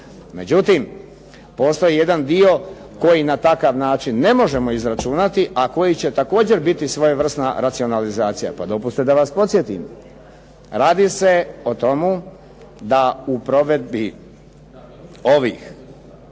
Međutim, postoji jedan dio koji na takav način ne možemo izračunati, a koji će također biti svojevrsna racionalizacija pa dopustite da vas podsjetim. Radi se o tomu da u provedbi ovih